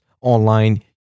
online